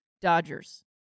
Dodgers